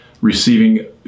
receiving